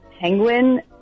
penguin